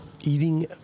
eating